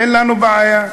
אין לנו בעיה.